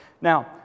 Now